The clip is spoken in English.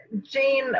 Jane